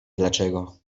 dlaczego